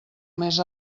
més